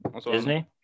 Disney